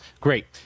Great